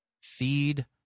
Feed